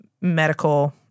medical